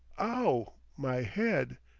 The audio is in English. ow, my head.